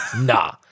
nah